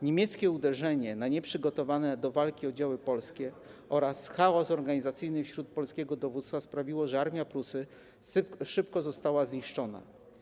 Niemieckie uderzenie na nieprzygotowane do walki oddziały polskie oraz chaos organizacyjny wśród polskiego dowództwa sprawiły, że Armia „Prusy” szybko została zniszczona.